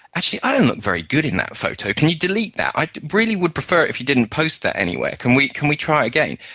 actually, i don't look very good in that photo, can you delete that? i really would prefer it if you didn't post that anywhere, can we can we try again?